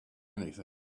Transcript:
anything